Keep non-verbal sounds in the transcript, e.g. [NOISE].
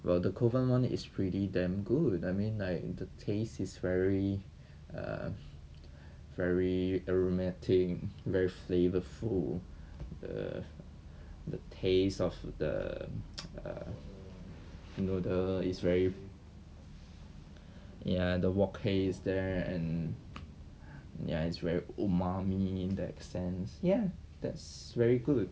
well the kovan one is pretty damn good I mean like the taste is very err very aromatic very flavourful the the tastes of the [NOISE] um you know the is very ya the Wok Hei is there and ya it's very umami in that sense ya that's very good